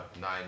nine